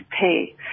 pay